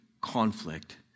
conflict